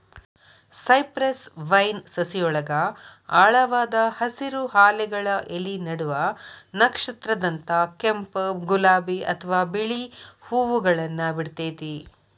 cypress vine ಸಸಿಯೊಳಗ ಆಳವಾದ ಹಸಿರು, ಹಾಲೆಗಳ ಎಲಿ ನಡುವ ನಕ್ಷತ್ರದಂತ ಕೆಂಪ್, ಗುಲಾಬಿ ಅತ್ವಾ ಬಿಳಿ ಹೂವುಗಳನ್ನ ಬಿಡ್ತೇತಿ